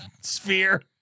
sphere